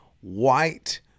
white